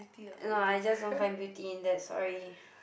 no I just don't find beauty in that sorry